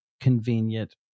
convenient